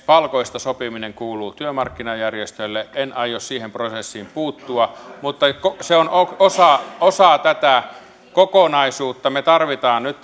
palkoista sopiminen kuuluu työmarkkinajärjestöille en aio siihen prosessiin puuttua mutta se on osa tätä kokonaisuutta me tarvitsemme nyt